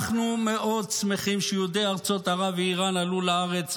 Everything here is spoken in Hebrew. אנחנו מאוד שמחים שיהודי ארצות ערב ואיראן עלו לארץ,